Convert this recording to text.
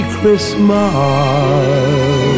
Christmas